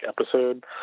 episode